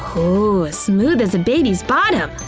ah ooh, ah smooth as a baby's bottom!